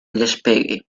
despegue